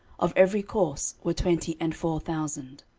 of every course were twenty and four thousand.